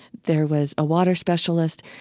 there was a water specialist,